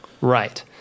Right